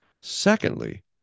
Secondly